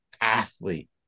athlete